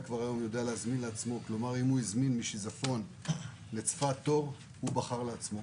אם חיל הזמין משיזפון תור לצפת, הוא בחר את זה,